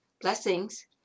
Blessings